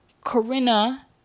Corinna